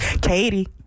Katie